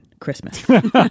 christmas